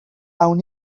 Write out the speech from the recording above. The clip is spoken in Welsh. awn